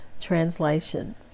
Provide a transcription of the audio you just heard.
translation